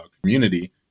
community